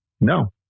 no